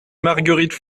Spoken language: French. marguerite